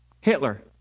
Hitler